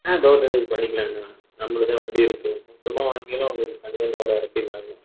door delivery பண்ணிக்கலாம்ண்ணா நம்மளுட்ட வண்டி இருக்குது மொத்தமாக வாங்குனீங்கன்னா உங்களுக்குத் தனியாக லோடை இறக்கிட்லாண்ணா